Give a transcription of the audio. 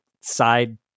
side